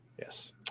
yes